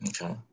Okay